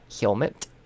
helmet